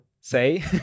say